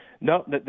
No